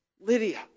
Lydia